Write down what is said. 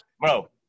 Bro